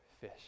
fish